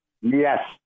Yes